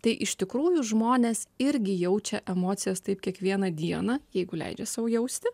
tai iš tikrųjų žmonės irgi jaučia emocijas taip kiekvieną dieną jeigu leidžia sau jausti